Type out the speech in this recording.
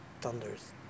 Thunders